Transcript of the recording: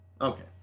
Okay